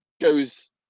goes